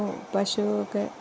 ഓ പശു ഒക്കെ